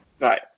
right